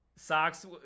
Socks